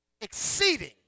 Exceeding